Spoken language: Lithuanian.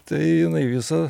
tai jinai visa